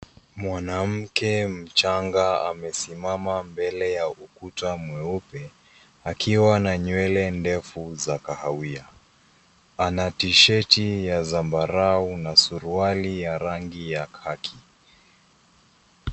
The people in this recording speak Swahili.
Mwanamke mchanga amesimama mbele ya ukuta mweupe akiwa na nywele ndefu za kahawia. Ana tisheti ya zambarau na suruali ya rangi ya khaki.